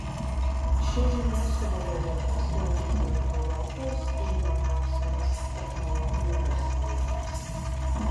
ši žinia sudavė rimtą smūgį dviem europos žinomiausiems technologijų verslininkams